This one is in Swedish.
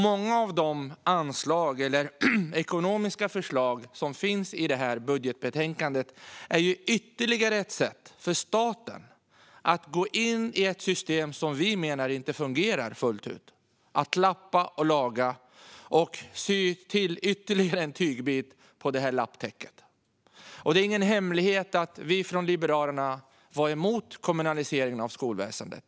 Många av de anslag eller ekonomiska förslag som finns i detta budgetbetänkande är ytterligare ett sätt för staten att gå in i ett system som vi menar inte fungerar fullt ut. Det handlar om att lappa och laga och sy till ytterligare en tygbit på lapptäcket. Det är ingen hemlighet att vi i Liberalerna var emot kommunaliseringen av skolväsendet.